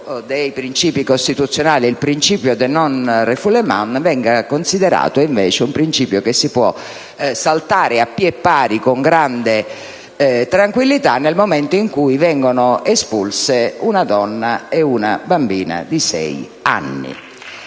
dei principi costituzionali, cioè quello di *non-refoulement*, venga considerato, invece, un principio che si può saltare a piè pari con grande tranquillità nel momento in cui vengono espulse una donna e una bambina di sei anni.